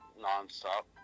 non-stop